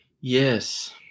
Yes